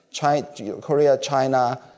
Korea-China